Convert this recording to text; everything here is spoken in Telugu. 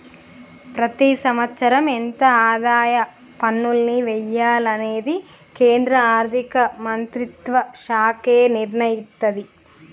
ప్రతి సంవత్సరం ఎంత ఆదాయ పన్నుల్ని వెయ్యాలనేది కేంద్ర ఆర్ధిక మంత్రిత్వ శాఖే నిర్ణయిత్తది